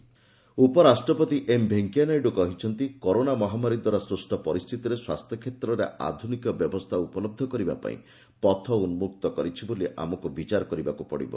ଉପରାଷ୍ଟ୍ରପତି ଉପରାଷ୍ଟ୍ରପତି ଏମ୍ ଭେଙ୍କୟା ନାଇଡୁ କହିଛନ୍ତି କରୋନା ମହାମାରୀ ଦ୍ୱାରା ସୃଷ୍ଟ ପରିସ୍ଥିତିରେ ସ୍ୱାସ୍ଥ୍ୟ କ୍ଷେତ୍ରରେ ଆଧୁନିକ ବ୍ୟବସ୍ଥା ଉପଲହ୍ର କରିବା ପାଇଁ ପଥ ଉନ୍ଜକ୍ତ କରିଛି ବୋଲି ଆମକୁ ବିଚାର କରିବାକୁ ପଡ଼ିବ